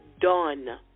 done